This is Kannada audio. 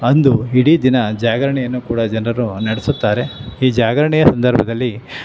ಅಂದು ಇಡೀ ದಿನ ಜಾಗರಣೆಯನ್ನು ಕೂಡ ಜನರು ನಡೆಸುತ್ತಾರೆ ಈ ಜಾಗರಣೆಯ ಸಂದರ್ಭದಲ್ಲಿ